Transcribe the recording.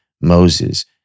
Moses